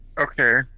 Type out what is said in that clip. Okay